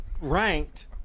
ranked